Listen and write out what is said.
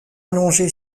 allongé